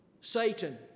Satan